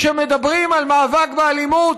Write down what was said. כשמדברים על מאבק באלימות,